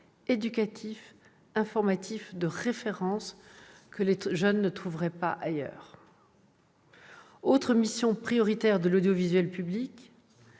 éducatifs et informatifs de référence que les jeunes ne trouveraient pas ailleurs. Une autre mission prioritaire de l'audiovisuel public